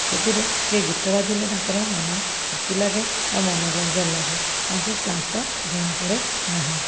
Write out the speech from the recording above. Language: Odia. ସେଥିରେ ଟିକିଏ ଗୀତ ବାଜିଲେ ତାଙ୍କର ମନ ଫୁର୍ତ୍ତି ଲାଗେ ତାଙ୍କୁ ମନୋରଞ୍ଜନ ଲାଗେ ତାଙ୍କୁ କ୍ଲାନ୍ତ ଜଣା ପଡ଼େ ନାହିଁ